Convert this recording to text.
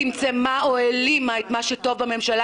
צמצמה או העלימה את מה שטוב בממשלה